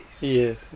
Yes